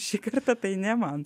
šį kartą tai ne man